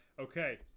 Okay